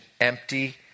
empty